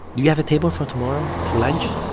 you have a table for tomorrow for lunch?